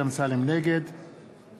נגד